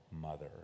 mother